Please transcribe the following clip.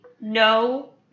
no